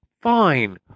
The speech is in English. fine